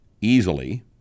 easily